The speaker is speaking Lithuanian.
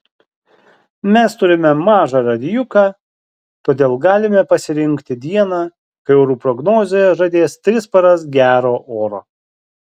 mes turime mažą radijuką todėl galime pasirinkti dieną kai orų prognozė žadės tris paras gero oro